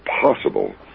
possible